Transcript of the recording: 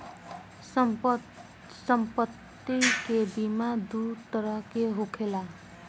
सम्पति के बीमा दू तरह के होखेला